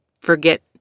forget